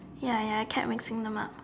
ya ya I kept mixing them up